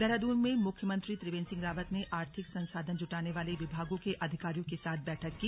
देहरादून में मुख्यमंत्री त्रिवेंद्र सिंह रावत ने आर्थिक संसाधन जुटाने वाले विभागों के अधिकारियों के साथ बैठक की